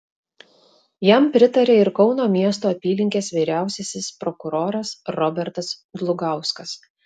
jam pritarė ir kauno miesto apylinkės vyriausiasis prokuroras robertas dlugauskas